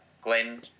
Glenn